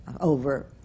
over